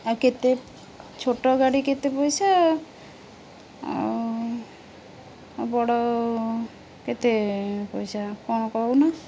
ଆଉ କେତେ ଛୋଟ ଗାଡ଼ି କେତେ ପଇସା ଆଉ ଆଉ ବଡ଼ କେତେ ପଇସା କ'ଣ କହୁନ